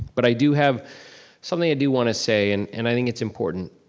but i do have something i do wanna say. and and i think it's important.